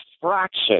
fraction